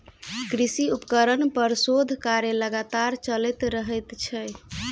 कृषि उपकरण पर शोध कार्य लगातार चलैत रहैत छै